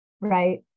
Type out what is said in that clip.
Right